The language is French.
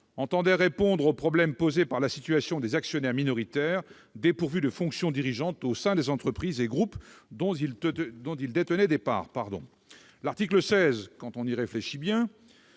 entendait répondre aux problèmes posés par la situation des actionnaires minoritaires dépourvus de fonction dirigeante au sein des entreprises et groupes dont ils détenaient des parts. L'article 16 prévoit